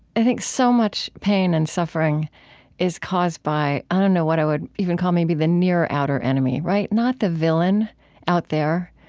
i think so much pain and suffering is caused by i don't know what i would even call maybe the near outer enemy, right? not the villain out there,